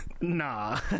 Nah